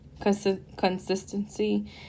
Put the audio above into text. Consistency